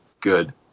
good